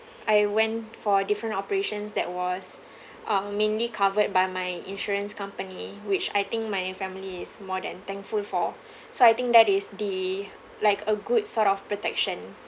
I went for different operations that was uh mainly covered by my insurance company which I think my family is more than thankful for so I think that is the like a good sort of protection